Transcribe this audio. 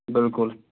بِلکُل